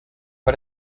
but